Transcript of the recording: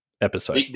episode